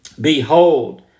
Behold